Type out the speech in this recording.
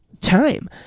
time